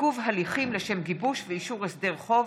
(עיכוב הליכים לשם גיבוש ואישור הסדר חוב),